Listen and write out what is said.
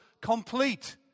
complete